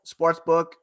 sportsbook